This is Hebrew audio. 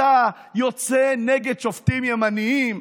אתה יוצא נגד שופטים ימנים,